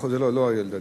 לא, לא אריה אלדד.